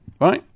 right